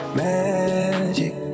magic